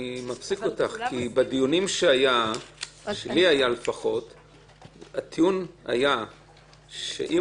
אני מפסיק אותך כי בדיונים שהיו הטיעון היה שאם